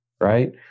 right